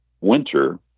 winter